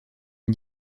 une